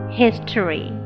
history